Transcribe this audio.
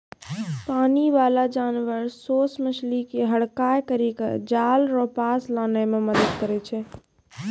पानी बाला जानवर सोस मछली के हड़काय करी के जाल रो पास लानै मे मदद करै छै